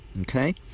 okay